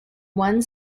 one